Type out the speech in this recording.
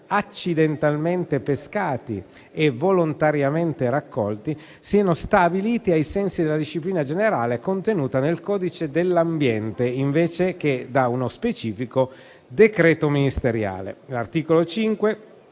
accidentalmente pescati e volontariamente raccolti, siano stabiliti ai sensi della disciplina generale contenuta nel codice dell'ambiente invece che da uno specifico decreto ministeriale. L'articolo 5